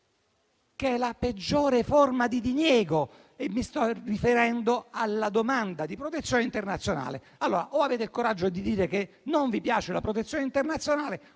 che è la peggiore forma di diniego. Mi sto riferendo alla domanda di protezione internazionale. Abbiate il coraggio di dire che non vi piace la protezione internazionale,